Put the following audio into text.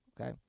Okay